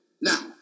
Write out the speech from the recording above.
Now